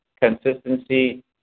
consistency